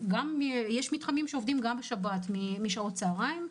יש מתחמים שעובדים גם בשבת משעות הצהריים.